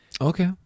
Okay